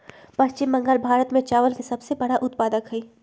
पश्चिम बंगाल भारत में चावल के सबसे बड़ा उत्पादक हई